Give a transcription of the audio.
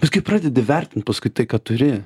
kažkaip pradedi vertint paskui tai ką turi